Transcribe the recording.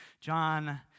John